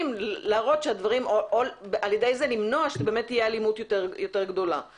להראות על-ידי זה למנוע אלימות גדולה יותר.